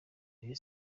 rayon